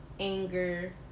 Anger